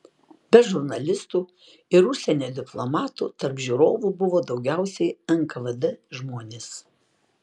be žurnalistų ir užsienio diplomatų tarp žiūrovų buvo daugiausiai nkvd žmonės